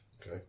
Okay